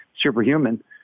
superhuman